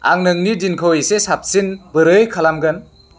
आं नोंनि दिनखौ एसे साबसिन बोरै खालामगोन